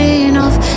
enough